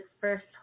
first